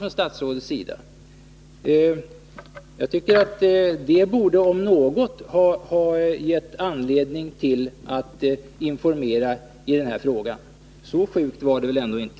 Pressdebatten, om något, borde ha gett anledning till att informera i denna fråga. Så sjukt var det väl ändå inte?